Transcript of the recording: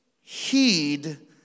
heed